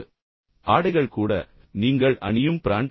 எனவே ஆடைகள் கூட நீங்கள் அணியும் பிராண்ட்